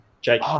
Jake